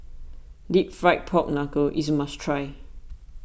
Deep Fried Pork Knuckle is must try